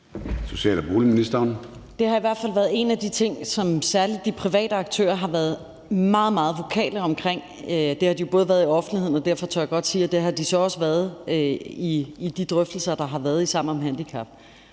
Det har i hvert fald været en af de ting, som særlig de private aktører har talt meget, meget højt om. Det har de jo gjort i offentligheden, og derfor tør jeg godt sige, at det har de så også gjort i de drøftelser, der har været om Sammen om handicap.